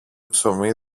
ψωμί